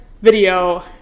video